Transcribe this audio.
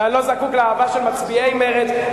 ואני לא זקוק לאהבה של מצביעי מרצ,